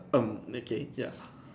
um okay ya